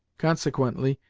consequently,